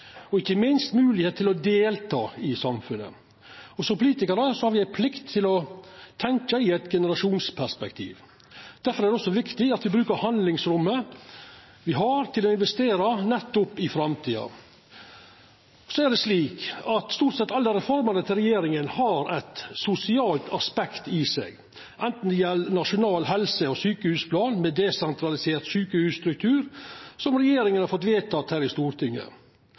og ikkje minst moglegheit til å delta i samfunnet. Som politikarar har me ei plikt til å tenkja i eit generasjonsperspektiv. Difor er det også viktig at me bruker handlingsrommet me har, til å investera nettopp i framtida. Så er det slik at stort sett alle reformene til regjeringa har eit sosialt aspekt i seg, anten det gjeld Nasjonal helse- og sjukehusplan med desentralisert sjukehusstruktur, som regjeringa har fått vedteke her i Stortinget,